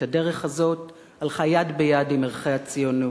הדרך הזאת הלכה יד ביד עם ערכי הציונות.